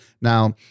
Now